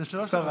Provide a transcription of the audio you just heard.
זה שלוש דקות,